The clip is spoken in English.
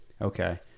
Okay